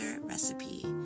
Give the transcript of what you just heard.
recipe